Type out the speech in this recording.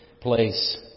place